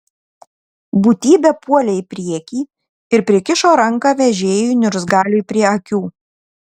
būtybė puolė į priekį ir prikišo ranką vežėjui niurzgaliui prie akių